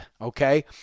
okay